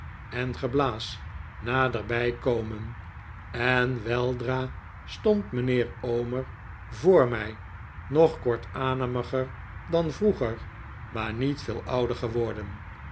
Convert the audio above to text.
en geblaas naderbij komen en weldra stond mijnheer omer voor mij nog kortademiger dan vroeger maar niet veel ouder geworden